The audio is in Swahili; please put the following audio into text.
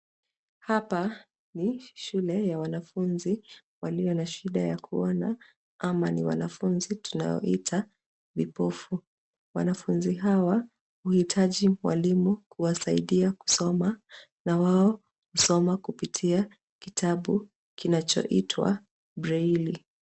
Hapa ni shule ya wanafunzi walio nashida ya kuona ama ni wanafunzi tunaowaita vipofu. Wanafunzi hawa huhutaji mwalimu kuwasaidia kusoma na wao husoma kupitia kitabu kinachoitwa braille.